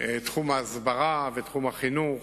תחום ההסברה, תחום החינוך,